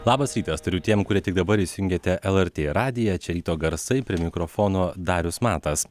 labas rytas tariu tiem kurie tik dabar įsijungiate lrt radiją čia ryto garsai prie mikrofono darius matas